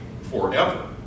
forever